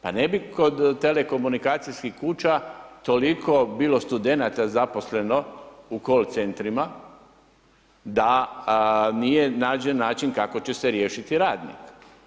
Pa ne bi kod telekomunikacijskih kuća toliko bilo studenata zaposleno u call centrima da nije nađen način kako će se riješiti radnik.